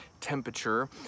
temperature